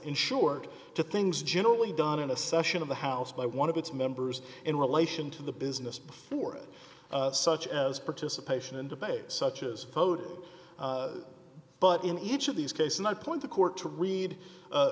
ensured to things generally done in a session of the house by one of its members in relation to the business before it such as participation in debates such as code but in each of these cases i point the court to read